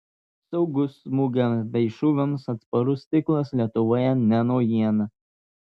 saugus smūgiams bei šūviams atsparus stiklas lietuvoje ne naujiena